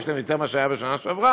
ויש להן יותר מאשר היה בשנה שעברה,